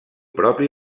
propi